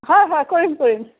হয় হয় কৰিম কৰিম